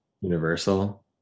universal